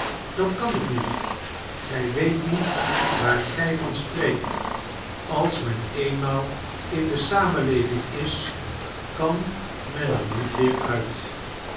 dat kan ik niet gij weet niet waar gy van spreekt als men eenmaal in de samenleving is kan men er niet weer uit